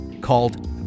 called